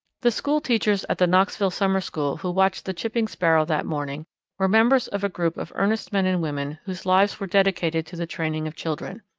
the school teachers at the knoxville summer school who watched the chipping sparrow that morning were members of a group of earnest men and women whose lives were dedicated to the training of children.